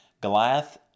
Goliath